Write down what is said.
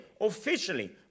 officially